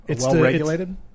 Well-regulated